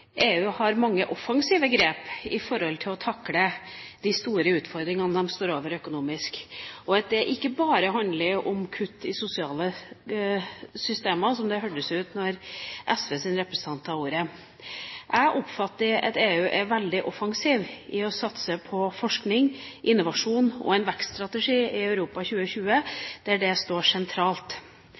EU har mange offensive grep i forhold til å takle de store utfordringene de står overfor økonomisk, og det handler ikke bare om kutt i sosiale systemer, som det hørtes ut som da SVs representant hadde ordet. Jeg oppfatter at EU er veldig offensiv i å satse på forskning og innovasjon, hvor vekststrategien Europa 2020 står sentralt. Et sentralt